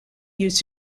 used